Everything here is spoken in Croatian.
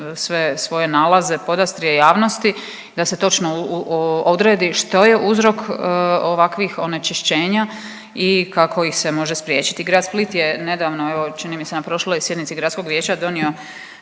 svoje nalaze podastrije javnosti, da se točno odredi što je uzrok ovakvih onečišćenja i kako ih se može spriječiti. Grad Split je nedavno, evo, čini mi se, na prošloj sjednici gradskog vijeća donio